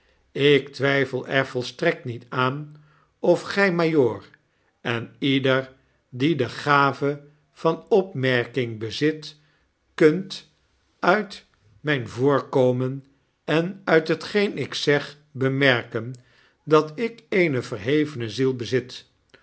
ik twyfel er volstrekt niet aan of gymajoor en ieder die de gave van opmerking oezit kunt uit myn voorkomen en uit hetgeen ik zeg bemerken dat ik eene verhevene ziel bezit